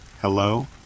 hello